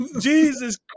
Jesus